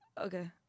okay